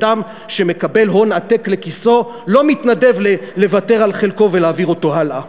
אדם שמקבל הון עתק לכיסו לא מתנדב לוותר על חלקו ולהעביר אותו הלאה.